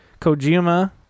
Kojima